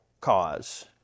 cause